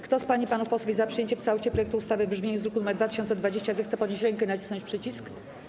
Kto z pań i panów posłów jest za przyjęciem w całości projektu ustawy w brzmieniu z druku nr 2020, zechce podnieść rękę i nacisnąć przycisk.